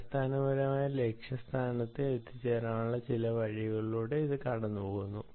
അടിസ്ഥാനപരമായി ലക്ഷ്യസ്ഥാനത്ത് എത്തിച്ചേരാനുള്ള ചില വഴികളിലൂടെ അത് കടന്നുപോകുന്നു